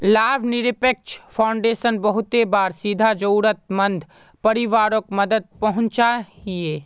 लाभ निरपेक्ष फाउंडेशन बहुते बार सीधा ज़रुरत मंद परिवारोक मदद पहुन्चाहिये